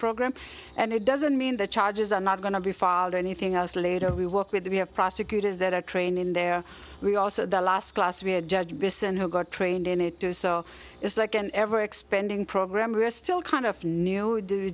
program and it doesn't mean the charges are not going to be followed or anything else later we work with we have prosecutors that are trained in there we also the last class to be a judge bisson who got trained in it too so it's like an ever expanding program or a still kind of new do